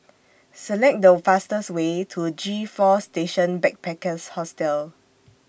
Select The fastest Way to G four Station Backpackers Hostel